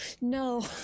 No